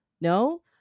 No